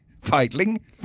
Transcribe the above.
fighting